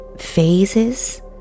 phases